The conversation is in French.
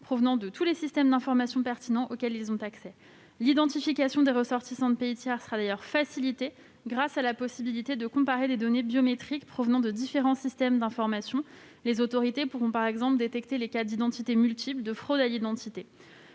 provenant de tous les systèmes d'information pertinents auxquels elles ont accès. L'identification des ressortissants de pays tiers sera d'ailleurs facilitée grâce à la possibilité de comparer les données biométriques provenant de différents systèmes d'information. Les autorités pourront par exemple détecter les cas d'identités multiples ou de fraude à l'identité.